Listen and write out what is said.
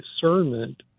discernment